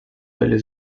дали